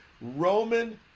Roman